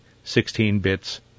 16-bits